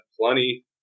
plenty